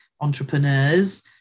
entrepreneurs